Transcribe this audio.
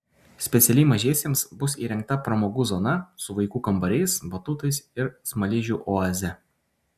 specialiai mažiesiems bus įrengta pramogų zona su vaikų kambariais batutais ir smaližių oaze